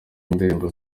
y’indirimbo